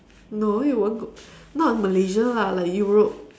no you won't go not in Malaysia lah like Europe